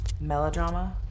Melodrama